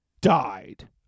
died